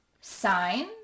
sign